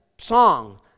song